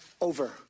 over